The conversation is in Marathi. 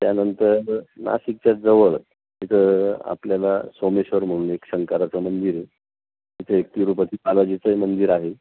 त्यानंतर नाशिकच्या जवळ इथं आपल्याला सोमेश्वर म्हणून एक शंकराचं मंदिर आहे तिथं एक तिरुपती बालाजीचं मंदिर आहे